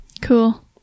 Cool